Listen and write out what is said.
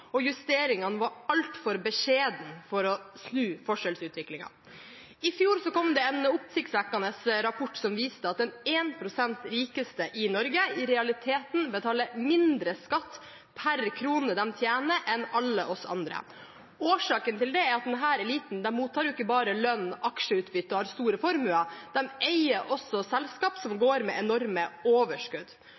og justeringene var altfor beskjedne for å snu forskjellsutviklingen. I fjor kom det en oppsiktsvekkende rapport som viste at de én prosent rikeste i Norge i realiteten betaler mindre skatt per krone de tjener enn alle oss andre. Årsaken til det er at denne eliten ikke bare mottar lønn, aksjeutbytte og har store formuer, de eier også selskap som går med enorme overskudd.